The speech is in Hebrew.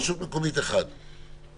רשות מקומית, אחת.